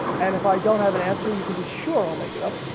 and if i don't have an answer you can be sure i'll make it up.